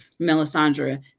Melisandre